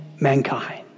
mankind